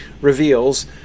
reveals